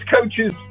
coaches